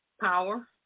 Power